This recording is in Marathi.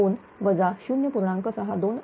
62° त्याचा संयुग असेल हा कोन